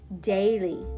Daily